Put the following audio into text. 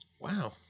Wow